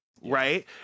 right